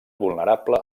vulnerable